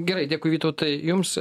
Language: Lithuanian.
gerai dėkui vytautai jums